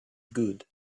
good